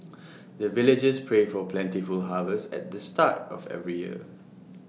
the villagers pray for plentiful harvest at the start of every year